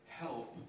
help